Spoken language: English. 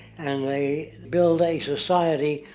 and they built a society,